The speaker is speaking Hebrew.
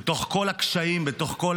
בתוך כל הקשיים, בתוך כל